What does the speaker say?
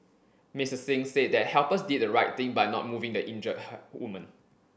Mister Singh said that helpers did the right thing by not moving the injured woman